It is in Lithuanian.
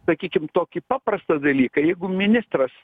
sakykim tokį paprastą dalyką jeigu ministras